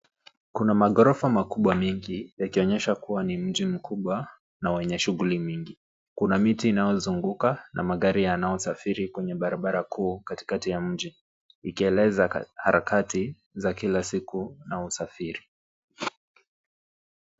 Kuna maghorofa makubwa mingi yakionyesha kuwa ni mji kubwa na wenye shughuli mingi. Kuna miti inayozunguka na magari yanayosafiri kwenye barabara kuu katikati ya mji ikieleza harakati za kila siku na usafiri.